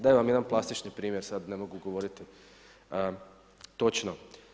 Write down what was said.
Dajem vam jedan plastični primjer sada ne mogu govoriti točno.